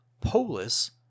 Polis